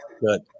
good